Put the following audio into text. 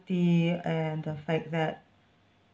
and the fact that